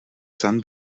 sun